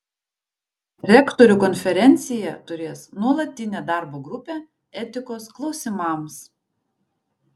rektorių konferencija turės nuolatinę darbo grupę etikos klausimams